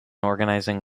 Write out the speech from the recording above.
organising